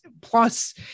plus